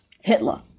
Hitler